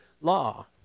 law